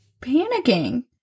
panicking